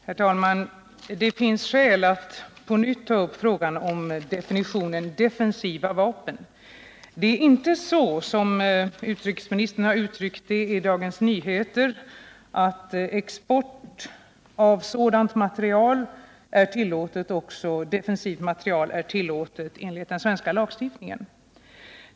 Herr talman! Det finns skäl att på nytt ta upp frågan om definitionen ”defensiva vapen”. Det är inte så som utrikesministern har uttryckt det i Dagens Nyheter, att export av defensiv materiel är tillåten enligt den svenska lagstiftningen.